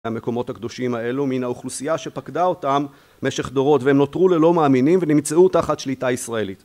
המקומות הקדושים האלו מן האוכלוסייה שפקדה אותם משך דורות והם נותרו ללא מאמינים ונמצאו תחת שליטה ישראלית